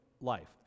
life